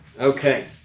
Okay